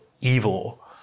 evil